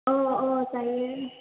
अ अ जायो